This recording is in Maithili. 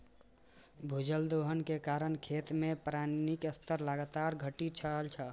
भूजल दोहन के कारण खेत मे पानिक स्तर लगातार घटि रहल छै